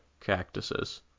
cactuses